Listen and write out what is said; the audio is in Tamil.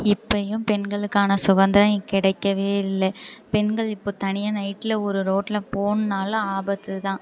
இப்பயும் பெண்களுக்கான சுதந்திரம் கிடைக்கவே இல்லை பெண்கள் இப்போது தனியாக நைட்டில் ஒரு ரோட்டில் போகணுன்னாலும் ஆபத்துதான்